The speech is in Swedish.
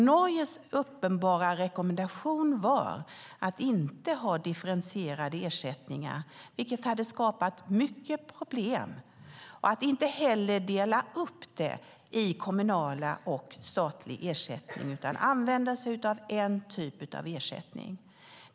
Norges uppenbara rekommendation var att inte ha differentierade ersättningar, vilket hade skapat mycket problem, och att inte heller dela upp det i kommunal och statlig ersättning utan använda sig av en typ av ersättning.